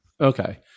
Okay